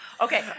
Okay